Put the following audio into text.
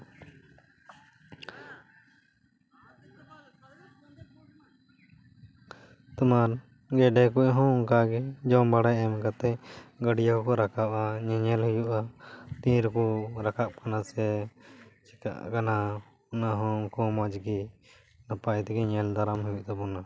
ᱛᱳᱢᱟᱨ ᱜᱮᱰᱮ ᱠᱩᱡ ᱦᱚᱸ ᱚᱱᱠᱟᱜᱮ ᱡᱚᱢ ᱵᱟᱲᱟ ᱮᱢ ᱠᱟᱛᱮ ᱜᱟᱹᱰᱭᱟᱹ ᱠᱷᱚᱡ ᱠᱚ ᱨᱟᱠᱟᱵᱼᱟ ᱧᱮᱧᱮᱞ ᱦᱩᱭᱩᱜᱼᱟ ᱛᱤᱨᱮᱠᱚ ᱨᱟᱠᱟᱵ ᱠᱟᱱᱟ ᱥᱮ ᱪᱮᱠᱟᱜ ᱠᱟᱱᱟ ᱚᱱᱟ ᱦᱚᱸᱠᱚ ᱢᱚᱡᱽ ᱜᱮ ᱱᱟᱯᱟᱭ ᱛᱮᱜᱤ ᱧᱮᱞ ᱫᱟᱨᱟᱢ ᱦᱩᱭᱩᱜ ᱛᱟᱵᱚᱱᱟ